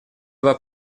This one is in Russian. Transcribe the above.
два